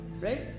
right